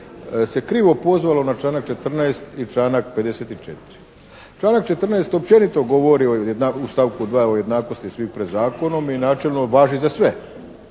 se krivo pozvalo na članak 14. i članak 54. Članak 14. općenito govori u stavku 2. o jednakosti svih pred zakonom i načelno važi za sve.